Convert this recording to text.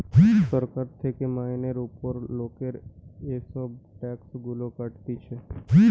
সরকার থেকে মাইনের উপর লোকের এসব ট্যাক্স গুলা কাটতিছে